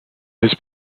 his